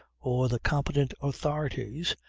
or the competent authorities,